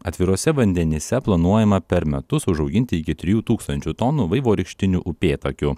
atviruose vandenyse planuojama per metus užauginti iki trijų tūkstančių tonų vaivorykštinių upėtakių